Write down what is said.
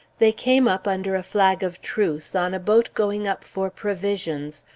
they came up under a flag of truce, on a boat going up for provisions,